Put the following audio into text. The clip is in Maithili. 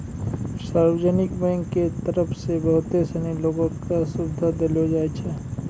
सार्वजनिक बैंको के तरफ से बहुते सिनी लोगो क सुविधा देलो जाय छै